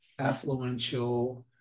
affluential